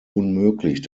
unmöglich